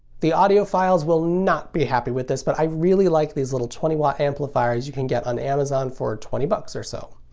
the audiophiles will not be happy with this, but i really like these little twenty watt amplifiers you can get on amazon for twenty dollars but or so.